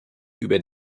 über